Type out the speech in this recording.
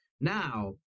Now